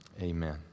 amen